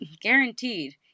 guaranteed